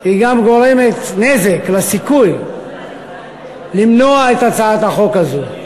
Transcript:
היא גם גורמת נזק לסיכוי למנוע את הצעת החוק הזאת.